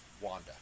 Wanda